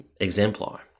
exemplar